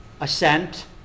assent